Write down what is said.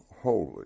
holy